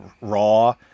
Raw